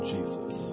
Jesus